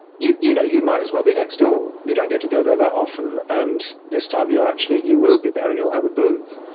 you you know, you might as well be next door. you don't get to go there that often. and this time you're actually, you will be there, and you'll have a booth,